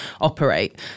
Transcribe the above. operate